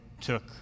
took